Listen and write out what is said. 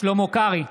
שלמה קרעי,